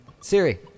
Siri